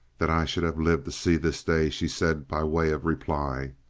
that i should have lived to see this day! she said by way of reply.